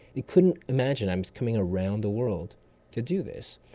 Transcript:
they couldn't imagine i was coming around the world to do this.